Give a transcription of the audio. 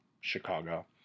Chicago